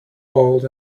old